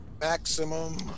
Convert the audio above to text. Maximum